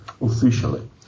officially